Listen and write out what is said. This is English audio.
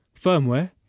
Firmware